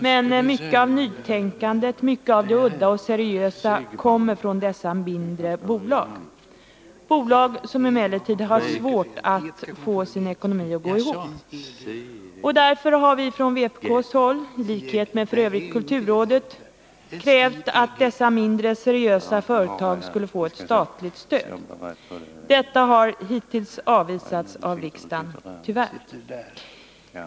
Men mycket av nytänkandet, mycket av det udda och seriösa kommer från dessa mindre bolag. Dessa bolag har emellertid svårt att få sin ekonomi att gå ihop. Därför har vi från vpk, i likhet f. ö. med kulturrådet, krävt att dessa mindre, seriösa företag skulle få ett statligt stöd. Detta har hittills avvisats av riksdagen, tyvärr.